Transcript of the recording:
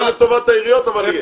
לא לטובת העיריות אבל יהיה,